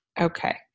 Okay